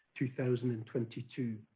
2022